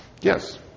Yes